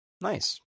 Nice